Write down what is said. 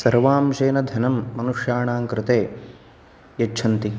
सर्वांशेन धनम् मनुष्याणां कृते यच्छन्ति